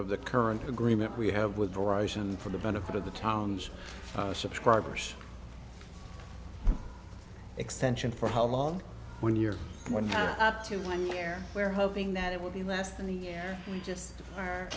of the current agreement we have with arise and for the benefit of the town's subscribers extension for how long when you're going up to one year we're hoping that it will be less than a year we just are